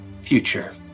future